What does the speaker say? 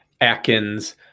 Atkins